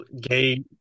Gay